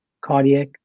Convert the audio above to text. cardiac